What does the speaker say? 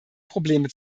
probleme